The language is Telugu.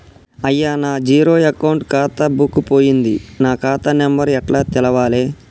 అయ్యా నా జీరో అకౌంట్ ఖాతా బుక్కు పోయింది నా ఖాతా నెంబరు ఎట్ల తెలవాలే?